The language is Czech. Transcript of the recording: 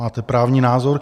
Máte právní názor?